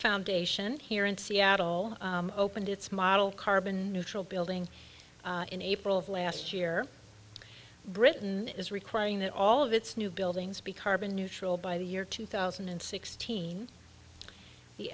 foundation here in seattle opened its model carbon neutral building in april of last year britain is requiring that all of its new buildings be carbon neutral by the year two thousand and sixteen the